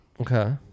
Okay